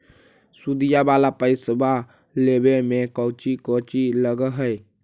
सुदिया वाला पैसबा लेबे में कोची कोची लगहय?